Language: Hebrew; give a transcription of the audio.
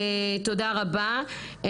תודה רבה.